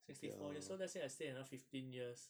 sixty four years so let's say I stay another fifteen years